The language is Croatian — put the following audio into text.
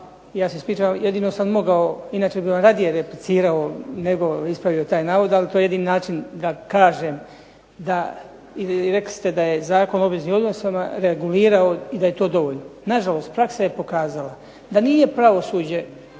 Ja se ispričavam, jedino sam mogao, inače bih vam radije replicirao nego ispravio taj navod ali to je jedini način da kažem. Rekli ste da je Zakon o obveznim odnosima regulirao i da je to dovoljno. Nažalost, praksa je pokazala da nije pravosuđe